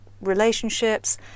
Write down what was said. relationships